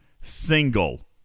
single